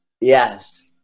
Yes